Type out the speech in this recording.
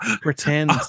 pretend